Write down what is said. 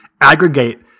aggregate